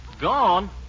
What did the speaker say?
Gone